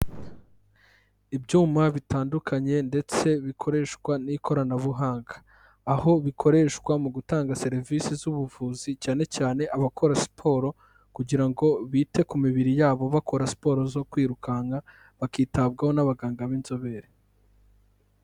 Ibyuma bitandukanye ndetse bikoreshwa n'ikoranabuhanga, aho bikoreshwa mu gutanga serivisi z'ubuvuzi cyane cyane abakora siporo kugira ngo bite ku mibiri yabo bakora siporo zo kwirukanka, bakitabwaho n'abaganga b'inzobere.